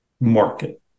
market